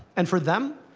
and for them,